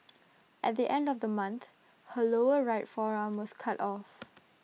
at the end of the month her lower right forearm was cut off